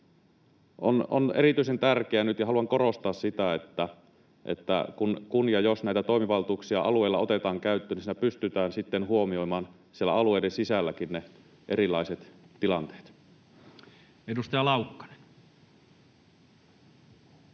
On erityisen tärkeää nyt ja haluan korostaa sitä, että kun ja jos näitä toimivaltuuksia alueilla otetaan käyttöön, siinä pystytään sitten huomioimaan siellä alueiden sisälläkin ne erilaiset tilanteet. [Speech